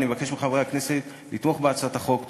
אני מבקש מחברי הכנסת לתמוך בהצעת החוק.